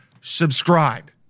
Subscribe